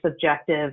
subjective